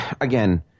again